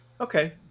Okay